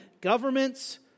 governments